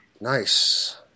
Nice